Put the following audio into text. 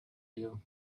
you